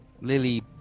Lily